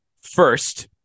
first